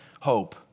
hope